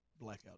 blackout